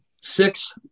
Six